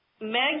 Meg